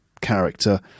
character